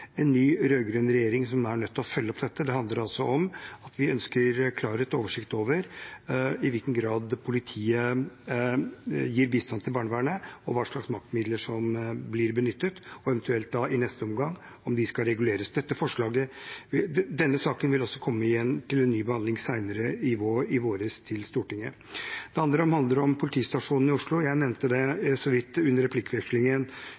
en ny rød-grønn regjering, som er nødt til å følge opp dette. Det handler om at vi ønsker klarhet i og oversikt over i hvilken grad politiet gir bistand til barnevernet, og hva slags maktmidler som blir benyttet, og eventuelt, i neste omgang, om de skal reguleres. Denne saken vil komme igjen til en ny behandling i Stortinget senere i vår. Det andre handler om politistasjoner i Oslo. Jeg nevnte det så vidt under replikkvekslingen.